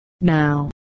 Now